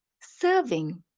serving